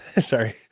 Sorry